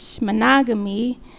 monogamy